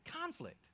conflict